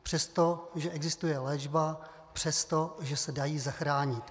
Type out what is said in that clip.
Přestože existuje léčba, přestože se dají zachránit.